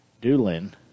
Doolin